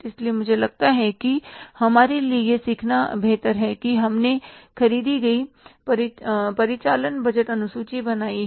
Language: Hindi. इसलिए मुझे लगता है कि हमारे लिए यह सीखना बेहतर है कि हमने खरीदी गई परिचालन बजट अनुसूची बनाई है